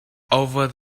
over